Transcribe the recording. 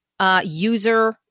User